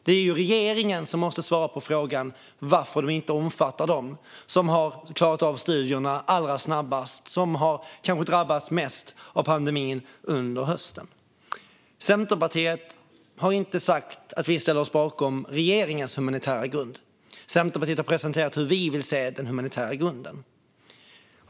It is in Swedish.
Det är regeringen som måste svara på frågan varför vi inte omfattar dem som har klarat av studierna allra snabbast och som kanske har drabbats mest av pandemin under hösten. Centerpartiet har inte sagt att vi ställer oss bakom regeringens humanitära grund. Centerpartiet har presenterat hur vi vill se den humanitära grunden.